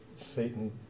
Satan